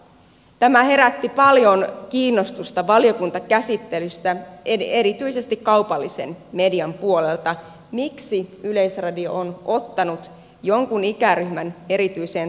tämä herätti paljon kiinnostusta valiokuntakäsittelyssä erityisesti kaupallisen median puolelta miksi yleisradio on ottanut jonkun ikäryhmän erityiseen tarkkailuun